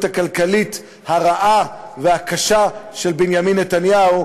הכלכלית הרעה והקשה של בנימין נתניהו,